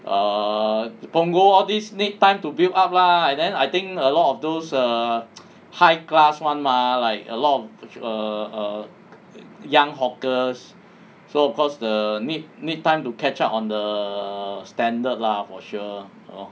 err punggol all these need time to build up lah and then I think a lot of those err high class one mah like alot of err err young hawkers so of course err need need time to catch up on the standard lah for sure you know